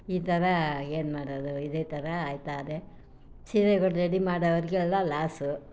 ಈ ಥರ ಏನು ಮಾಡೋದು ಇದೇ ಥರ ಆಯ್ತದೆ ಸೀರೆಗಳು ರೆಡಿ ಮಾಡೋವರೆಗೆ ಎಲ್ಲ ಲಾಸು